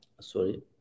Sorry